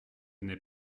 n’est